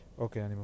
okay